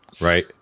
Right